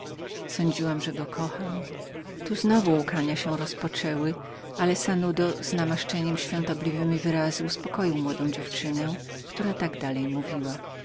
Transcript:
sądziłam że go kocham tu znowu łkania się rozpoczęły ale sanudo świątobliwemi wyrazy uspokoił młodą dziewczynę która tak dalej mówiła